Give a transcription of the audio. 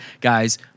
Guys